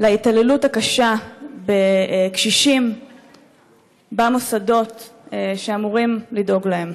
להתעללות הקשה בקשישים במוסדות שאמורים לדאוג להם.